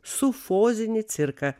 sufozinį cirką